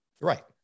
right